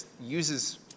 uses